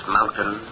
Mountain